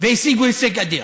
והשיגו הישג אדיר.